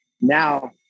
now